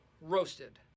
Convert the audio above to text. roasted